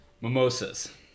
Mimosas